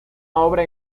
obra